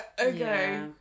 okay